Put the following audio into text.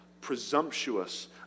Presumptuous